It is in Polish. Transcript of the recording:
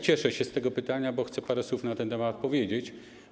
Cieszę się z tego pytania, bo chcę parę słów na ten temat powiedzieć.